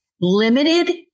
limited